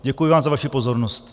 Děkuji vám za vaši pozornost.